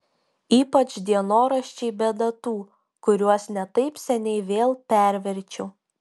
ypač dienoraščiai be datų kuriuos ne taip seniai vėl perverčiau